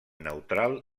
neutral